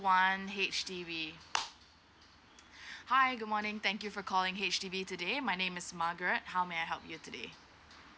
one H_D_B hi good morning thank you for calling H_D_B today my name is margaret how may I help you today